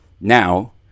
Now